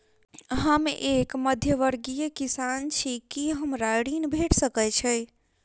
हम एक मध्यमवर्गीय किसान छी, की हमरा कृषि ऋण भेट सकय छई?